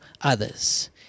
others